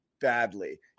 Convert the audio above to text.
badly